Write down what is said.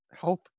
health